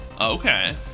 Okay